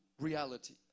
reality